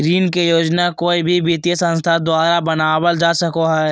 ऋण के योजना कोय भी वित्तीय संस्था द्वारा बनावल जा सको हय